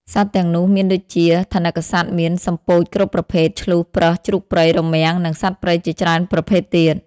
សត្វទាំងនោះមានដូចជា ថនិកសត្វមាន សំពោចគ្រប់ប្រភេទ ឈ្លូស ប្រើស ជ្រូកព្រៃ រមាំង និងសត្វព្រៃជាច្រើនប្រភេទទៀត។